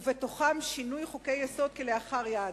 ובתוכה שינוי חוקי-יסוד כלאחר יד,